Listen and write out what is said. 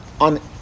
on